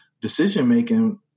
decision-making